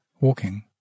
walking